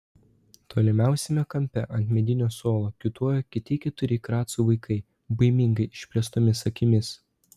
tolimiausiame kampe ant medinio suolo kiūtojo kiti keturi kracų vaikai baimingai išplėstomis akimis